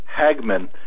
HAGMAN